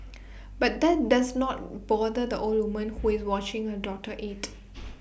but that does not bother the older woman who is watching her daughter eat